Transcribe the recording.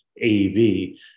AB